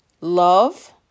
love